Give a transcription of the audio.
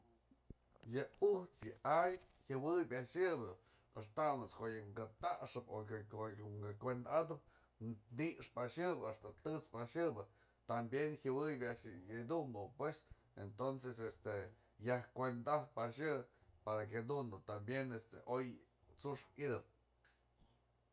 Yë ujt'së yë a'ay jëwëpë a'ax yëbë ëxtamët's ko'o yë mkë ta'axëp o yë ka kuenda'adëp ni'ixpë a'ax yëbë, të'ëtspë a'ax yë ba tambien yawëby a'ax yëdumbë entonces este yaj kuenda ajpë a'ax yë para que jadun dun tambien oy t'suxkë ydëp.